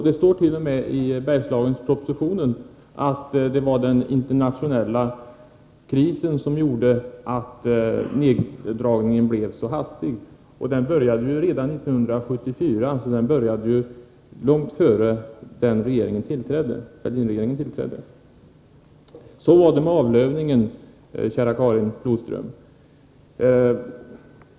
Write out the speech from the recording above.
Det står t.o.m. i Bergslagspropositionen, att det var den internationella krisen som gjorde att neddragningen blev så hastig, och denna började ju redan 1974, dvs. långt innan Fälldinregeringen tillträdde. Så var det med avlövningen, kära Karin Flodström.